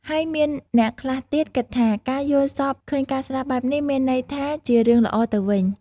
ហើយមានអ្នកខ្លះទៀតគិតថា ការយល់សប្តិឃើញការស្លាប់បែបនេះ មានន័យថាជារឿងល្អទៅវិញ។